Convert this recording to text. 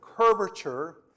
curvature